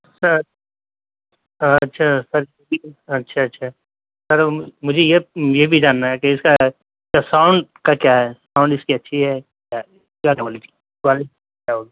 اچھا اچھا سر اچھا اچھا سر مجھے یہ یہ بھی جاننا ہے کہ اِس کا ساؤنڈ کا کیا ہے ساؤنڈ اِس کی اچھی ہے کیا کوالٹی کیا ہوگی